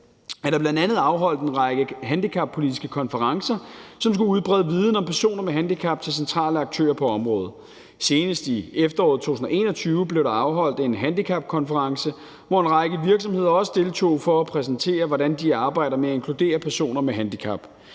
er der bl.a. afholdt en række handicappolitiske konferencer, som skal udbrede viden om personer med handicap til centrale aktører på området. Senest i efteråret 2021 blev der afholdt en handicapkonference, hvor en række virksomheder også deltog for at præsentere, hvordan de arbejder med at inkludere personer med handicap.